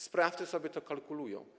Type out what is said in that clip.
Sprawcy sobie to kalkulują.